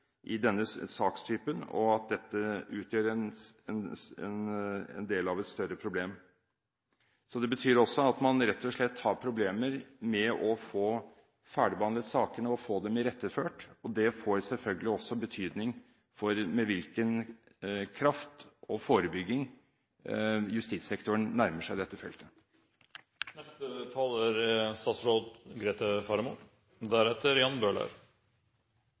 i denne sakstypen, og at dette utgjør en del av et større problem. Det betyr også at man rett og slett har problemer med å få ferdigbehandlet sakene og få dem iretteført. Det får selvfølgelig også betydning for med hvilken kraft og forebygging justissektoren nærmer seg dette feltet. Voldtekter er